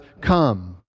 come